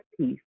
peace